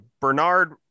Bernard